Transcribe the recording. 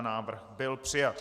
Návrh byl přijat.